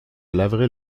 laverai